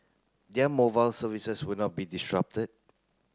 their mobile services will not be disrupted